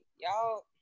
y'all